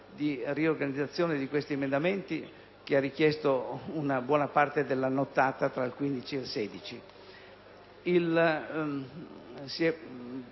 di riorganizzazione di questi emendamenti, che ha richiesto buona parte della nottata tra il 15 e il 16.